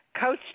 Coach